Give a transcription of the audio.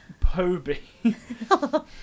Poby